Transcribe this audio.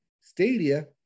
Stadia